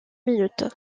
minute